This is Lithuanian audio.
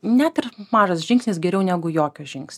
net ir mažas žingsnis geriau negu jokio žingsnio